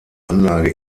anlage